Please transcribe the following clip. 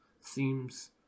seems